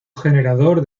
generador